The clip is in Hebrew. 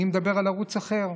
אני מדבר על ערוץ אחר,